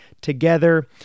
together